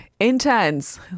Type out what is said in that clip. intense